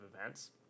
events